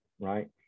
Right